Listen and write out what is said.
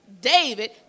David